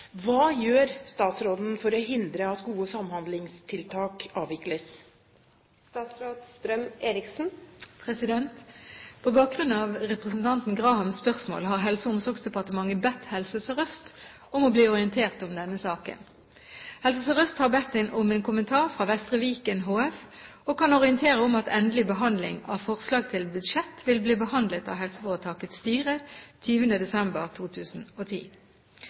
Hva gjør statsråden for å hindre at gode samhandlingstiltak avvikles?» På bakgrunn av representanten Grahams spørsmål har Helse- og omsorgsdepartementet bedt Helse Sør-Øst om å bli orientert om denne saken. Helse Sør-Øst har bedt om en kommentar fra Vestre Viken HF og kan orientere om at endelig behandling av forslag til budsjett vil bli behandlet av helseforetakets styre 20. desember 2010.